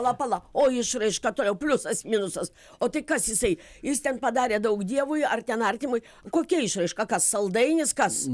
pala pala o išraiška toliau pliusas minusas o tai kas jisai jis ten padarė daug dievui ar ten artimui kokia išraiška ką saldainis kas